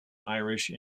irish